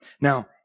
Now